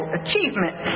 achievement